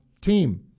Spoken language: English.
team